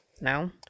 No